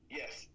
yes